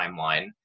timeline